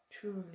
truly